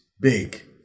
big